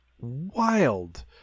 Wild